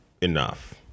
enough